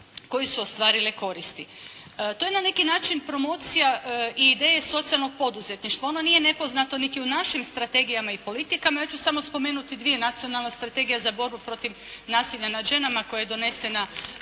koje su ostvarile koristi. To je na neki način promocija i ideje socijalnog poduzetništva. Ona nije nepoznata niti u našim strategijama i politikama. Ja ću samo spomenuti dvije Nacionalna strategija za borbu protiv nasilja nad ženama koja je donesena